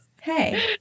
Hey